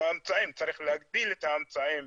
צריך להגביל את האמצעים,